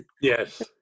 Yes